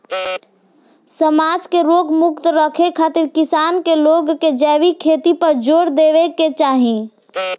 समाज के रोग मुक्त रखे खातिर किसान लोग के जैविक खेती पर जोर देवे के चाही